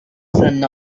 son